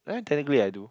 technically I do